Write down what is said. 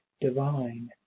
divine